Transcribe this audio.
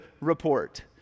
report